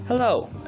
Hello